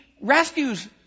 rescues